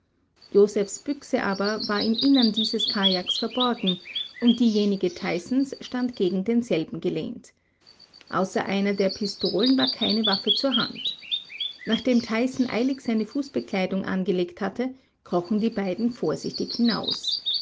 josephs büchse aber war im innern dieses kajaks verborgen und diejenige tysons stand gegen denselben gelehnt außer einer der pistolen war keine waffe zur hand nachdem tyson eilig seine fußbekleidung angelegt hatte krochen die beiden vorsichtig hinaus